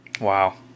Wow